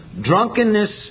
drunkenness